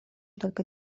только